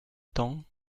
temps